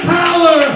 power